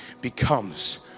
becomes